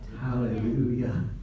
Hallelujah